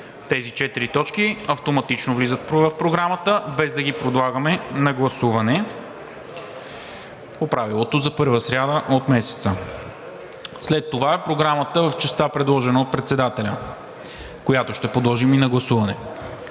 четири точки автоматично влизат в Програмата, без да ги подлагаме на гласуване по правилото за първа сряда от месеца. След това е Програмата в частта, предложена от председателя, която ще подложим и на гласуване: